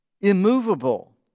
immovable